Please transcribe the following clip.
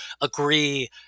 agree